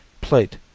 Plate